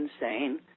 insane